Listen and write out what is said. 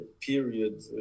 period